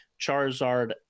Charizard